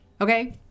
okay